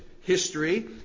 history